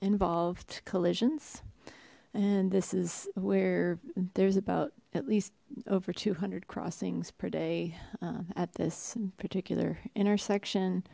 involved collisions and this is where there's about at least over two hundred crossings per day at this particular intersection